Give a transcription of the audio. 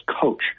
coach